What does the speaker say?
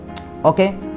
okay